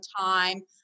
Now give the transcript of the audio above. time